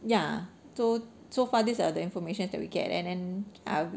ya so so far this are the information that we get and then ah